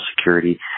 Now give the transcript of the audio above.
security